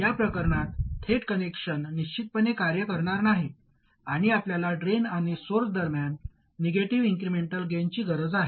या प्रकरणात थेट कनेक्शन निश्चितपणे कार्य करणार नाही आणि आपल्याला ड्रेन आणि सोर्स दरम्यान निगेटिव्ह इन्क्रिमेंटल गेनची गरज आहे